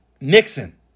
Nixon